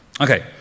Okay